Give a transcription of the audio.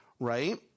Right